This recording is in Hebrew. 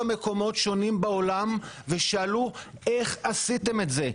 מקומות שונים בעולם ושאלו איך עשיתם את זה?